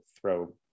throw